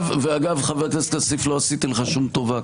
אגב, חבר הכנסת כסיף, לא עשיתי לך שום טובה.